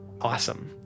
Awesome